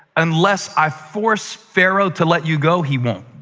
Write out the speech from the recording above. unless i force pharaoh to let you go, he won't.